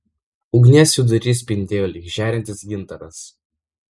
ugnies vidurys spindėjo lyg žėrintis gintaras